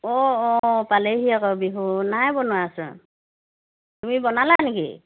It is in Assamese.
অঁ অঁ পালেহিয়ে আকৌ বিহু নাই বনোৱাচোন তুমি বনালা নেকি